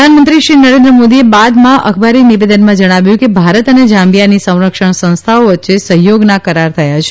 પ્રધાનમંત્રીશ્રી નરેન્દ્ર મોદીએ બાદમાં અખબારી નિવેદનમાં જણાવ્યું કે ભારત અને ઝામ્બીયાની સંરક્ષણ સંસ્થાઓ વચ્ચે સહયોગના કરાર થયા છે